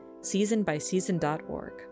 seasonbyseason.org